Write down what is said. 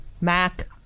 Mac